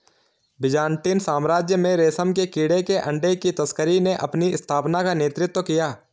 Byzantine साम्राज्य में रेशम के कीड़े के अंडे की तस्करी ने अपनी स्थापना का नेतृत्व किया